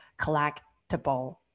collectible